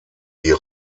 die